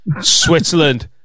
Switzerland